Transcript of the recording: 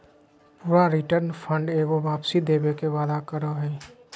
पूरा return fund एगो वापसी देवे के वादा करो हइ